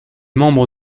membres